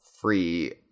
free